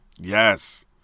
Yes